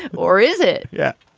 or is it. yeah